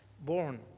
born